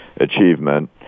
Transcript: achievement